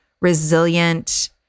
resilient